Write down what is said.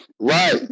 right